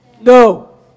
no